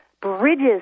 bridges